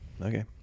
Okay